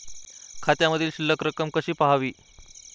खात्यामधील शिल्लक रक्कम कशी पहावी?